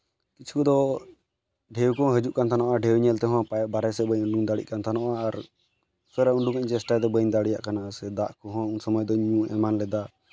ᱠᱤᱪᱷᱩ ᱫᱚ ᱰᱷᱮᱣ ᱠᱚᱦᱚᱸ ᱦᱤᱡᱩᱜ ᱠᱟᱱ ᱛᱟᱦᱮᱱᱚᱜᱼᱟ ᱰᱷᱮᱣ ᱧᱮᱞ ᱛᱮᱦᱚᱸ ᱵᱟᱦᱨᱮ ᱥᱮᱫ ᱛᱮᱦᱚᱸ ᱵᱟᱦᱨᱮ ᱥᱮᱫ ᱵᱟᱹᱧ ᱩᱰᱩᱠ ᱫᱟᱲᱮᱭᱟᱜ ᱠᱟᱱ ᱛᱟᱦᱮᱱᱚᱜᱼᱟ ᱟᱨ ᱩᱰᱚᱠᱚᱜ ᱪᱮᱥᱴᱟᱭᱫᱟ ᱵᱟᱹᱧ ᱫᱟᱲᱮᱭᱟᱜ ᱠᱟᱱᱟ ᱥᱮ ᱫᱟᱜ ᱠᱚᱦᱚᱸ ᱩᱱ ᱥᱚᱢᱚᱭ ᱫᱚ ᱧᱩ ᱮᱢᱟᱱ ᱞᱮᱫᱟ